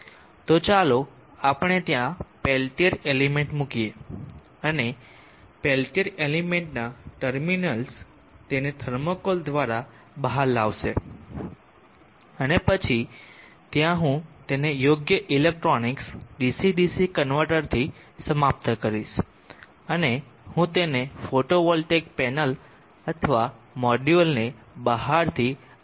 તો ચાલો આપણે ત્યાં પેલ્ટીયર એલિમેન્ટ મૂકીએ અને પેલ્ટીર એલિમેન્ટના ટર્મિનલ્સ તેને થર્મોકોલ દ્વારા બહાર લાવશે અને પછી ત્યાં હું તેને યોગ્ય ઇલેક્ટ્રોનિક્સ DC DC કન્વર્ટરથી સમાપ્ત કરીશ અને હું તેને ફોટોવોલ્ટેઇક પેનલ અથવા મોડ્યુલ ને બહારથી આ રીતે પાવર આપીશ